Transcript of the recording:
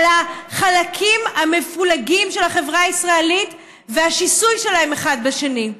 על החלקים המפולגים של החברה הישראלית והשיסוי שלהם אחד בשני.